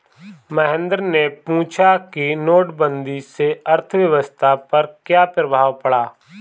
महेंद्र ने पूछा कि नोटबंदी से अर्थव्यवस्था पर क्या प्रभाव पड़ा